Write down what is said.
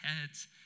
heads